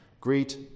Greet